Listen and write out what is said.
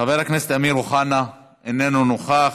חבר הכנסת אמיר אוחנה, איננו נוכח,